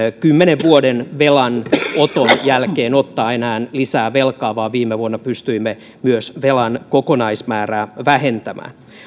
kymmenen vuoden velanoton jälkeen ottaa enää lisää velkaa vaan viime vuonna pystyimme myös velan kokonaismäärää vähentämään